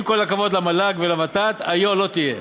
עם כל הכבוד למל"ג ולוות"ת, היה לא תהיה.